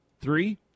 Three